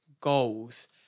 goals